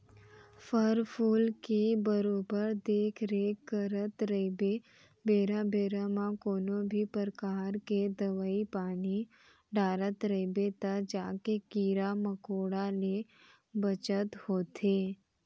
फर फूल के बरोबर देख रेख करत रइबे बेरा बेरा म कोनों भी परकार के दवई पानी डारत रइबे तव जाके कीरा मकोड़ा ले बचत होथे